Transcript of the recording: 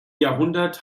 jahrhundert